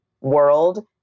world